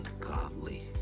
ungodly